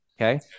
Okay